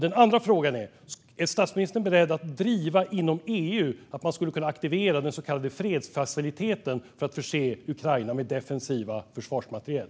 Min andra fråga är: Är statsministern beredd att driva inom EU att man skulle kunna aktivera den så kallade fredsfaciliteten för att förse Ukraina med defensiv försvarsmateriel?